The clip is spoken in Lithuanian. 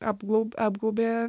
apgaub apgaubia